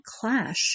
clash